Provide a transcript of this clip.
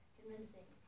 convincing